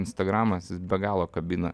instagramas jis be galo kabina